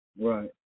Right